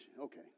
Okay